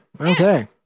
Okay